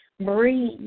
breathe